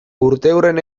urteurren